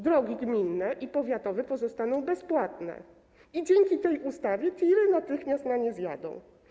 Drogi gminne i powiatowe pozostaną bezpłatne i dzięki tej ustawie TIR-y natychmiast na nie zjadą.